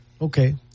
Okay